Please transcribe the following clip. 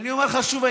אני אומר לך שוב,